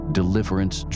deliverance